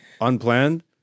Unplanned